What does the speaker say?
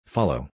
Follow